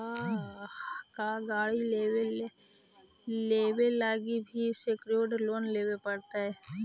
का गाड़ी लेबे लागी भी सेक्योर्ड लोन लेबे पड़तई?